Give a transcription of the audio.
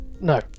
No